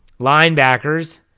linebackers